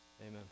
Amen